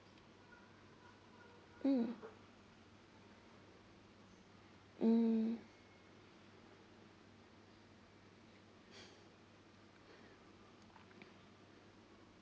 mm mm